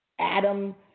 Adam